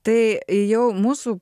tai jau mūsų